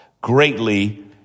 greatly